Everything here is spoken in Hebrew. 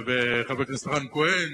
וחבר הכנסת לשעבר רן כהן,